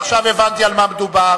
עכשיו הבנתי על מה מדובר.